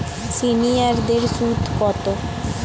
সিনিয়ারদের সুদ কত?